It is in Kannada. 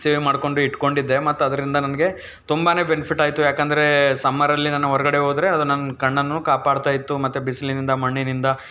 ಸೇವ್ ಮಾಡ್ಕೊಂಡು ಇಟ್ಕೊಂಡಿದ್ದೆ ಮತ್ತು ಅದರಿಂದ ನನಗೆ ತುಂಬಾ ಬೆನಿಫಿಟ್ ಆಯಿತು ಯಾಕಂದರೆ ಸಮ್ಮರಲ್ಲಿ ನಾನು ಹೊರಗಡೆ ಹೋದರೆ ಅದು ನನ್ನ ಕಣ್ಣನ್ನು ಕಾಪಾಡ್ತಾ ಇತ್ತು ಮತ್ತು ಬಿಸಿಲಿನಿಂದ ಮಣ್ಣಿನಿಂದ